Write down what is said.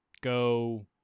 Go